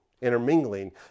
Intermingling